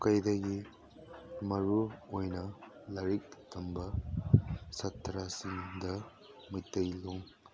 ꯈ꯭ꯋꯥꯏꯗꯒꯤ ꯃꯔꯨ ꯑꯣꯏꯅ ꯂꯥꯏꯔꯤꯛ ꯇꯝꯕ ꯆꯠꯇ꯭ꯔꯁꯨ ꯌꯨꯝꯗ ꯃꯩꯇꯩꯂꯣꯟ